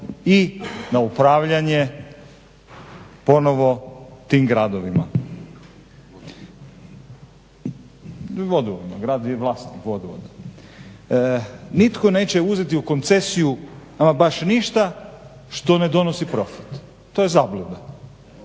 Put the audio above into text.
i na upravljanje ponovo tim gradovima. Vodovod, grad je vlasnik vodovoda. Nitko neće uzeti u koncesiju ama baš ništa što ne donosi profit. To je zabluda,